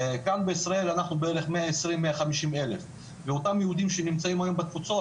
כאן בישראל אנחנו בערך 120-150 אלף ואותם יהודים שנמצאים היום בתפוצות,